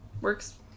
Work's